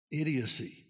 idiocy